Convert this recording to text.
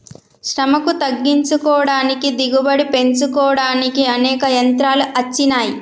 శ్రమను తగ్గించుకోడానికి దిగుబడి పెంచుకోడానికి అనేక యంత్రాలు అచ్చినాయి